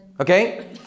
Okay